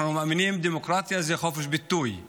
אנחנו מאמינים שדמוקרטיה היא חופש ביטוי.